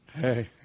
Hey